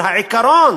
אבל העיקרון,